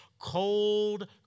cold